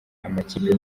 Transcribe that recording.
amakipe